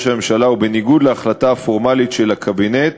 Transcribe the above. הממשלה ובניגוד להחלטה הפורמלית של הקבינט